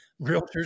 realtors